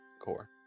Core